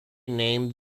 named